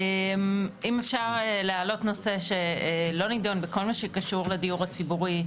אם אפשר להעלות נושא שלא נדון בכל מה שקשור לדיור הציבורי,